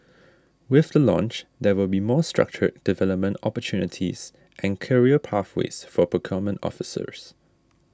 with the launch there will be more structured development opportunities and career pathways for procurement officers